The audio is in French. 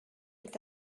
est